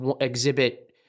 exhibit